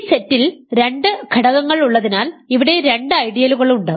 ഈ സെറ്റിൽ രണ്ട് ഘടകങ്ങൾ ഉള്ളതിനാൽ ഇവിടെ രണ്ട് ഐഡിയകളുണ്ട്